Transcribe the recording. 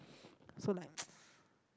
so like